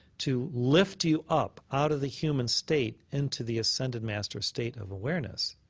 to lift you up out of the human state into the ascended-master state of awareness.